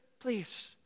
please